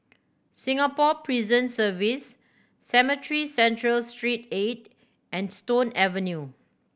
Singapore Prison Service Cemetry Central Street Eight and Stone Avenue